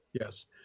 yes